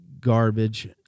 garbage